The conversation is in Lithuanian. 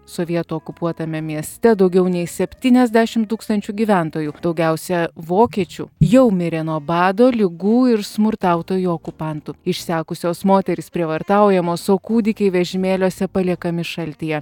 sovietų okupuotame mieste daugiau nei septyniasdešim tūkstančių gyventojų daugiausia vokiečių jau mirė nuo bado ligų ir smurtautojų okupantų išsekusios moterys prievartaujamos o kūdikiai vežimėliuose paliekami šaltyje